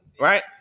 right